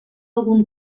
algun